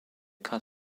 cut